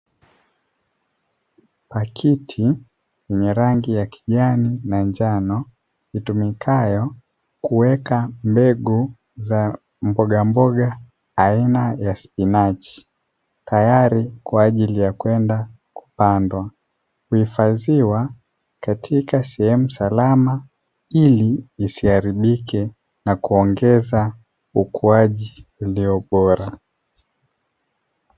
Pakiti yenye rangi ya kijani na njano itumikayo kuweka mbegu za mbogamboga aina ya "spinachi", tayari kwa ajili ya kwenda kupandwa kuhifadhiwa katika sehemu salama ili isiharibike na kuongeza ukuaji ulio bora.